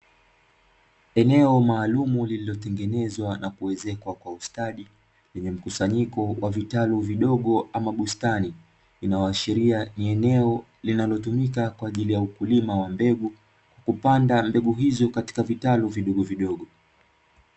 Eneo maalumu lililotengenezwa na kuezekwa kwa ustadi, lenye mkusanyiko wa vitalu vidogo ama bustani, linaloashiria ni eneo linalotumika kwa ajili ya ukulima wa mbegu. Hupanda mbegu hizo katika vitalu vidogovidogo.